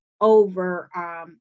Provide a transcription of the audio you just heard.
over